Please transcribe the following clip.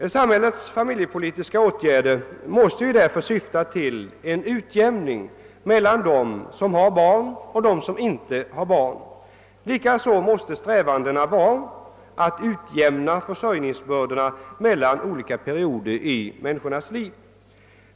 Samhällets familjepolitiska åtgärder måste därför syfta till en utjämning mellan dem som har barn och dem som inte har barn. Likaså måste strävandena vara att utjämna försörjningsbördorna mellan olika perioder i människans liv.